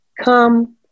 come